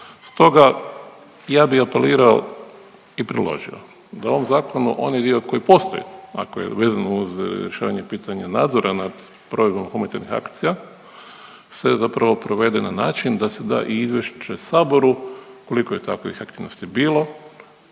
Stoga, ja bih apelirao i predložio da u ovom Zakonu, onaj dio koji postoji, ako je vezano uz širenje pitanja nadzora nad provedbom humanitarnih akcija, se zapravo provede na način da se da i izvješće Saboru koliko je takvih aktivnosti bilo,